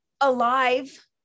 alive